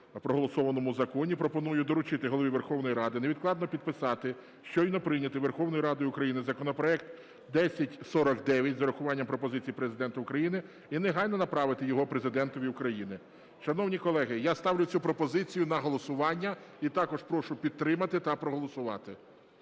проголосованому законі, пропоную доручити Голові Верховної Ради невідкладно підписати щойно прийнятий Верховною Радою України законопроект 1049 з урахуванням пропозицій Президента України і негайно направити його Президентові України. Шановні колеги, я ставлю цю пропозицію на голосування. І також прошу підтримати та проголосувати.